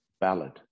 ballad